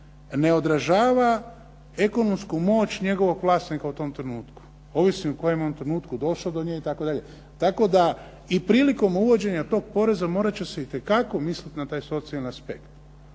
ne odražava ekonomsku moć njegovog vlasnika u tom trenutku, ovisi u kojem je on trenutku došao do nje itd. Tako da i prilikom uvođenja tog poreza morat će se itekako misliti na taj socijalni aspekt.